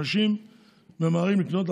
אנשים ממהרים לקנות,